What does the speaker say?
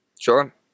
Sure